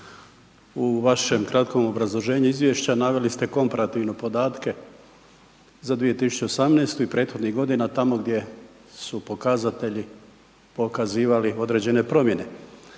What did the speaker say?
u vašem kratkom obrazloženju izvješća naveli ste komparativno podatke za 2018. i prethodnih godina tamo gdje su pokazatelji pokazivali određene promjene.